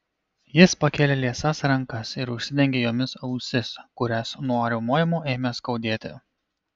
jis pakėlė liesas rankas ir užsidengė jomis ausis kurias nuo riaumojimo ėmė skaudėti